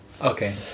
Okay